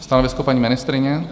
Stanovisko paní ministryně?